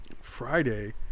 friday